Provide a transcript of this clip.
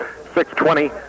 620